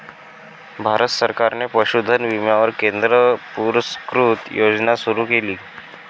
भारत सरकारने पशुधन विम्यावर केंद्र पुरस्कृत योजना सुरू केली